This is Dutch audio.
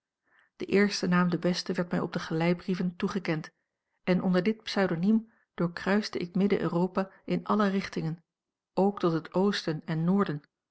de eerste naam de beste werd mij op de geleibrieven toegekend en onder dit pseudoniem doorkruiste ik midden europa in alle richtingen ook tot het oosten en noorden